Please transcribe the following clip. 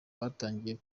batangiye